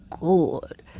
good